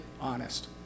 honest